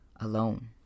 alone